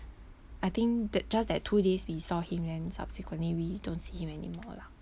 I think that just that two days we saw him then subsequently we don't see him anymore lah